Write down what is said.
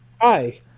Hi